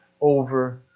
over